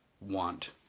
want